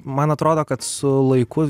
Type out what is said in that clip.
man atrodo kad su laiku